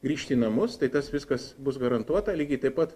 grįžti į namus tai tas viskas bus garantuota lygiai taip pat